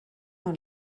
dans